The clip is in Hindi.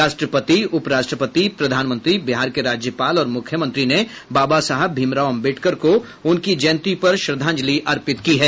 राष्ट्रपति उप राष्ट्रपति प्रधानमंत्री बिहार के राज्यपाल और मुख्यमंत्री ने बाबा साहेब भीम राव अम्बेडकर को उनकी जयंती पर श्रद्धांजलि अर्पित की है